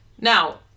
Now